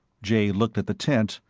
jay looked at the tent,